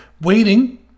Waiting